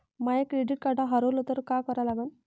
माय credit card हारवलं तर काय करा लागन?